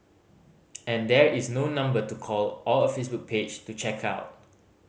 and there is no number to call or a Facebook page to check out